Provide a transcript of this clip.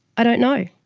i don't know,